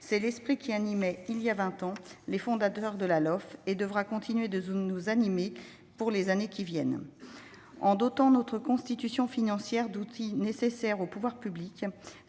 Cet esprit animait, il y a vingt ans déjà, les fondateurs de la LOLF ; il devra continuer de nous animer dans les années à venir. En dotant notre constitution financière d'outils nécessaires aux pouvoirs publics,